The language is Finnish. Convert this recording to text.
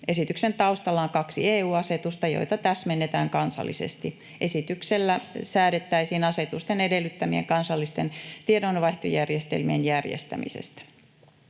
Esityksen taustalla on kaksi EU-asetusta, joita täsmennetään kansallisesti. Esityksellä säädettäisiin asetusten edellyttämien kansallisten tiedonvaihtojärjestelmien järjestämisestä.